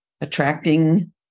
attracting